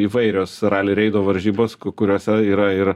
įvairios rali reido varžybos ku kuriose yra ir